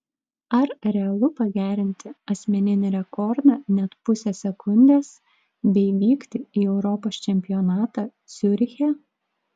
ar realu pagerinti asmeninį rekordą net pusę sekundės bei vykti į europos čempionatą ciuriche